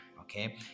Okay